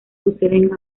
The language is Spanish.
suceden